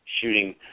shooting